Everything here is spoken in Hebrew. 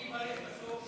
אני אברך בסוף.